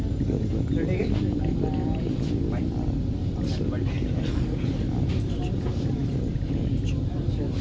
गरीबक लेल प्रधानमंत्री गरीब कल्याण योजना, अंत्योदय अन्न योजना आदि चलाएल जा रहल छै